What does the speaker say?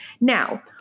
Now